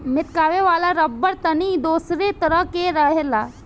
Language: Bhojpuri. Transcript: मेटकावे वाला रबड़ तनी दोसरे तरह के रहेला